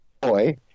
boy